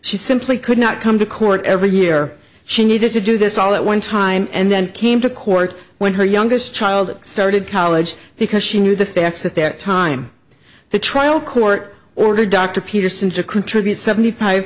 she simply could not come to court every year she needed to do this all at one time and then came to court when her youngest child started college because she knew the facts at that time the trial court ordered dr peterson to contribute seventy five